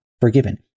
forgiven